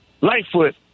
Lightfoot